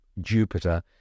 Jupiter